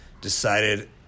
decided